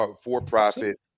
for-profit